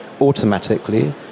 automatically